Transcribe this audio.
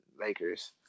Lakers